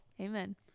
Amen